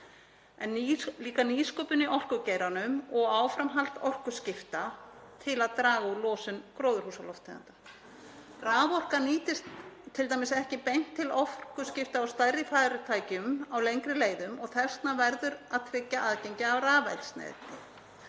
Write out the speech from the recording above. en líka nýsköpun í orkugeiranum og áframhaldi orkuskipta til að draga úr losun gróðurhúsalofttegunda. Raforka nýtist t.d. ekki beint til orkuskipta á stærri farartækjum á lengri leiðum og þess vegna verður að tryggja aðgengi að rafeldsneyti.